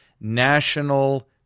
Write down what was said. national